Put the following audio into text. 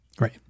right